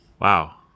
Wow